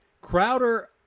Crowder